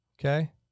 Okay